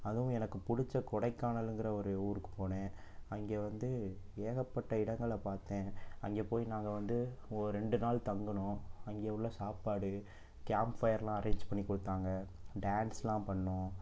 அதுவும் எனக்கு பிடிச்ச கொடைக்கானலுங்கிற ஒரு ஊருக்கு போனேன் அங்கே வந்து ஏகப்பட்ட இடங்களை பார்த்தேன் அங்கே போய் நாங்கள் வந்து ஒரு ரெண்டு நாள் தங்கினோம் அங்கே உள்ள சாப்பாடு கேம்ப்ஃபயர்லாம் அரேஞ்ச் பண்ணி கொடுத்தாங்க டான்ஸ்லாம் பண்ணிணோம்